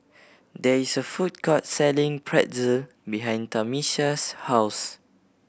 there is a food court selling Pretzel behind Tamisha's house